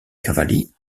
cavalli